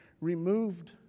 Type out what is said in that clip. removed